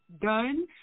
done